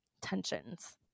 tensions